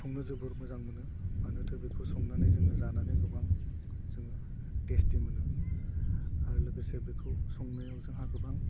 संनो जोबोर मोजां मोनो मानोथो बेखौ संनानै जोङो जानानै गोबां जोङो टेस्टि मोनो आरो लोगोसे बेखौ संनायाव जोंहा गोबां